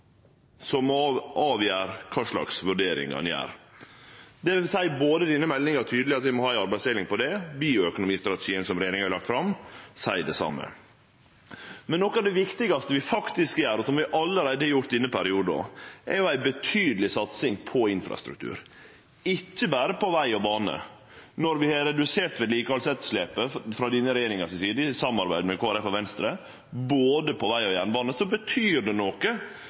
må avgjere kva vurderingar ein gjer. Det seier denne meldinga tydeleg at vi må ha ei arbeidsdeling på. Bioøkonomistrategien som regjeringa har lagt fram, seier det same. Noko av det viktigaste vi faktisk gjer, og som vi allereie har gjort i denne perioden, er at vi har hatt ei betydeleg satsing på infrastruktur, og ikkje berre på veg og bane. Når vi frå denne regjeringa si side har redusert vedlikehaldsetterslepet i samarbeid med Kristeleg Folkeparti og Venstre både på veg og på jernbane, betyr det noko